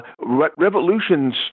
revolutions